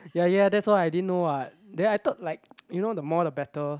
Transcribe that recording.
ya ya that's why I didn't know what then I thought like you know the more the better